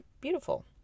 beautiful